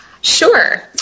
Sure